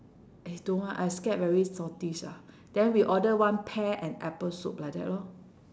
eh don't want I scared very saltish ah then we order one pear and apple soup like that lor